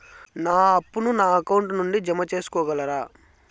నా అప్పును నా అకౌంట్ నుండి జామ సేసుకోగలరా?